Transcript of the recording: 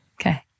Okay